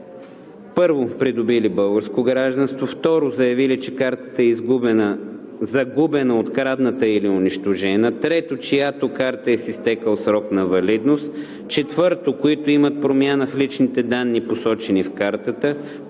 1. придобили българско гражданство; 2. заявили, че картата е загубена, открадната или унищожена; 3. чиято карта е с изтекъл срок на валидност; 4. които имат промяна в личните данни, посочени в картата;